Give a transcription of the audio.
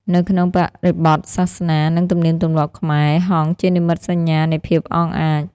នៅក្នុងបរិបទសាសនា និងទំនៀមទម្លាប់ខ្មែរ ហង្សជានិមិត្តសញ្ញានៃភាពអង់អាច។